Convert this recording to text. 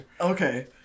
Okay